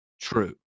true